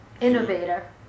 Innovator